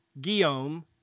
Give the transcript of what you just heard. Guillaume